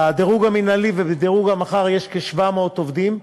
בדירוג המינהלי ובדירוג המח"ר יש כ-700 עובדים.